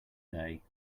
day